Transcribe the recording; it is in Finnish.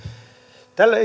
tällä